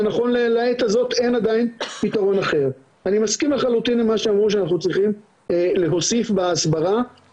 שהקנאביס, כמו תרופות אחרות, איננו תרופת פלא לכל